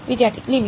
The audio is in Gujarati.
વિદ્યાર્થી લિમિટ